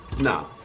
Now